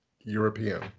European